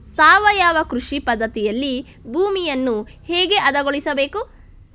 ಸಾವಯವ ಕೃಷಿ ಪದ್ಧತಿಯಲ್ಲಿ ಭೂಮಿಯನ್ನು ಹೇಗೆ ಹದಗೊಳಿಸಬೇಕು?